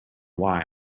why